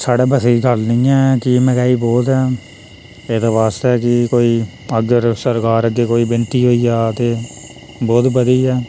साढ़ै बस्सै दी गल्ल नी ऐ कि मैंह्गाई बोह्त ऐ एह्दे बास्तै कि कोई अगर सरकार अग्गें कोई विनती होई जा ते बोह्त बधिया ऐ